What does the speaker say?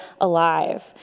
alive